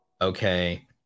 okay